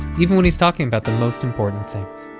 even when he's talking about the most important things,